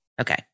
Okay